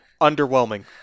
underwhelming